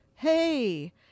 hey